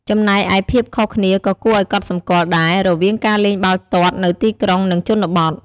ចំណែកឯភាពខុសគ្នាក៏គួរឲ្យកត់សម្គាល់ដែរ រវាងការលេងបាល់ទាត់នៅទីក្រុង និងជនបទ។